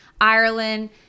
Ireland